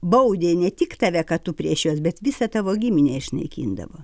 baudė ne tik tave kad tu prieš juos bet visą tavo giminę išnaikindavo